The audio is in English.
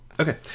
Okay